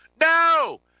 No